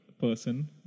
person